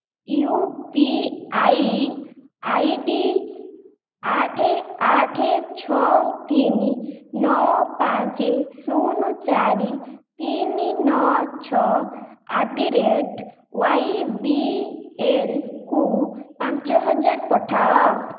you P I I D ଆଠ ଆଠ ଛଅ ତିନି ନଅ ପାଞ୍ଚ ଶୁନ ଚାରି ତିନି ନଅ ଛଅ at the rate Y B L କୁ ପାଞ୍ଚହଜାର ପଠାଅ